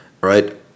Right